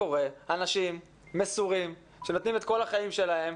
אנשים מסורים שנותנים את כל החיים שלהם.